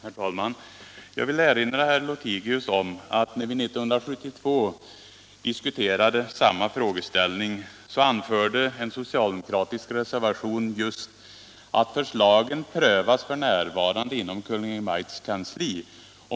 Herr talman! Jag vill erinra herr Lothigius om att när vi 1972 diskuterade denna fråga sade man i den socialdemokratiska reservationen bl.a.: ”Förslagen prövas f.n. inom Kunel. Mai:ts kansli.